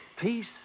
peace